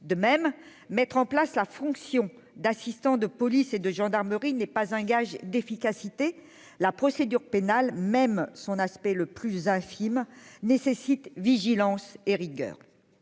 de même mettre en place la fonction d'assistant de police et de gendarmerie n'est pas un gage d'efficacité, la procédure pénale, même son aspect le plus infime nécessite vigilance et rigueur